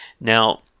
Now